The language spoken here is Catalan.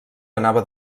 anava